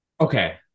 Okay